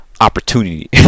opportunity